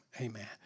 amen